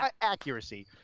accuracy